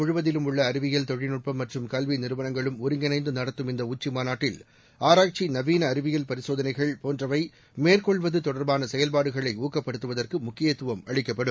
முழுவதிலும் உள்ள அறிவியல் தொழில்நட்பம் மற்றம் கல்வி நிறுவனங்களும் நாடு ஒருங்கிணைந்து நடத்தும் இந்த உச்சி மாநாட்டில் ஆராய்ச்சி நவீன அறிவியல் பரிசோதனைகள் போன்றவை மேற்கொள்வது தொடர்பான செயல்பாடுகளை ஊக்கப்படுத்துவதற்கு முக்கியத்துவம் அளிக்கப்படும்